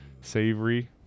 savory